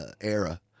era